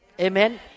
Amen